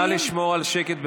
נא לשמור על שקט,